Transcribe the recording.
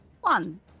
One